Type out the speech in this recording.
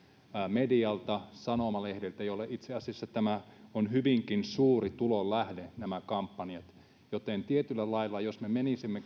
medialta sanomalehdiltä joille itse asiassa nämä kampanjat ovat hyvinkin suuri tulonlähde joten tietyllä lailla jos me menisimme